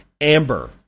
Amber